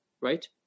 right